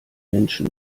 menschen